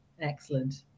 excellent